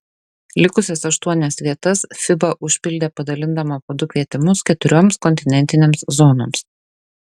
likusias aštuonias vietas fiba užpildė padalindama po du kvietimus keturioms kontinentinėms zonoms